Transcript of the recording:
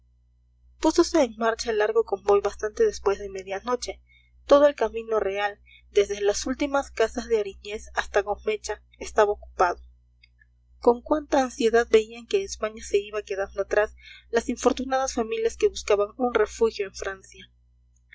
púsose en marcha el largo convoy bastante después de media noche todo el camino real desde las últimas casas de aríñez hasta gomecha estaba ocupado con cuánta ansiedad veían que españa se iba quedando atrás las infortunadas familias que buscaban un refugio en francia